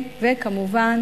וכמובן